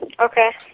Okay